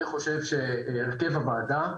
אני חושב שהרכב הוועדה,